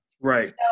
Right